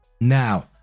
Now